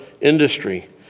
industry